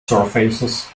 surfaces